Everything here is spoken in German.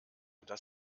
das